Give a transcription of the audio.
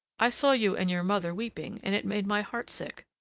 i saw you and your mother weeping, and it made my heart sick.